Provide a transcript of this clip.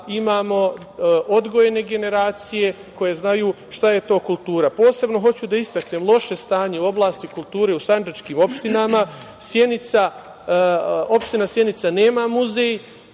imamo odgojene generacije koje znaju šta je to kultura. Posebno hoću da istaknem loše stanje u oblasti kulture u sandžačkim opštinama. Opština Sjenica nema muzej,